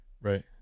Right